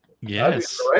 Yes